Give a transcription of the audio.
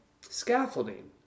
scaffolding